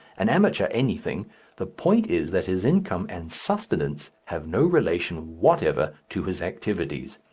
an amateur anything the point is that his income and sustenance have no relation whatever to his activities.